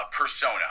persona